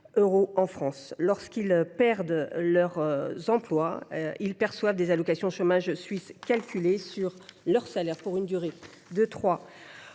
en France. Lorsque ces travailleurs perdent leur emploi, ils perçoivent des allocations chômage suisses calculées sur leur salaire pour une durée de trois